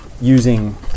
Using